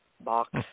box